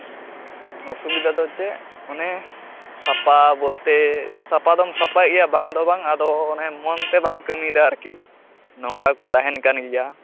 ᱚᱥᱩᱵᱤᱫᱟ ᱫᱚ ᱪᱮᱫ ᱚᱱᱮ ᱥᱟᱯᱟ ᱵᱚᱞᱛᱮ ᱥᱟᱯᱟᱫᱚᱢ ᱥᱟᱯᱟᱭᱮᱫ ᱜᱮᱭᱟ ᱵᱟᱝ ᱫᱚ ᱵᱟᱝ ᱟᱫᱚ ᱚᱱᱮ ᱢᱚᱱᱛᱮ ᱵᱟᱢ ᱠᱟᱹᱢᱤᱭᱮᱫᱟ ᱟᱨᱠᱤ ᱱᱚᱝᱨᱟ ᱠᱚ ᱛᱟᱦᱮᱱ ᱠᱟᱱ ᱜᱮᱭᱟ